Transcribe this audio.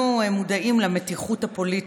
אנחנו מודעים למתיחות הפוליטית,